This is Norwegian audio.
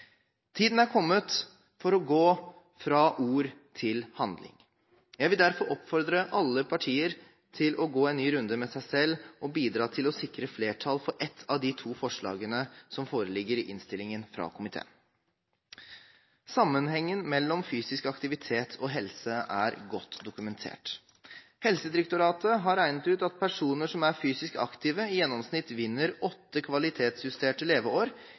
Tiden er kommet for å gå fra ord til handling. Jeg vil derfor oppfordre alle partier til å gå en ny runde med seg selv og bidra til å sikre flertall for ett av de to forslagene som foreligger i innstillingen fra komiteen. Sammenhengen mellom fysisk aktivitet og helse er godt dokumentert. Helsedirektoratet har regnet ut at personer som er fysisk aktive, i gjennomsnitt vinner åtte kvalitetsjusterte leveår